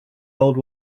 old